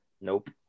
Nope